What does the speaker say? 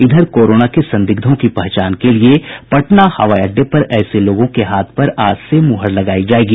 इधर कोरोना के संदिग्धों की पहचान के लिये पटना हवाई अड़डे पर ऐसे लोगों के हाथ पर आज से मुहर लगायी जायेगी